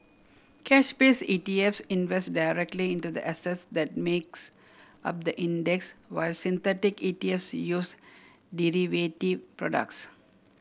cash base ETFs invest directly into the assets that makes up the index while synthetic ETFs use derivative products